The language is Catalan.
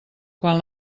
quan